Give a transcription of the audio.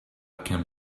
can